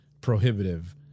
prohibitive